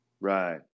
Right